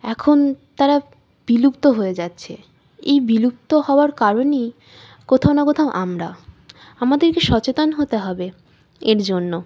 এখন তারা বিলুপ্ত হয়ে যাচ্ছে এই বিলুপ্ত হওয়ার কারণই কোথাও না কোথাও আমরা আমাদেরকে সচেতন হতে হবে এর জন্য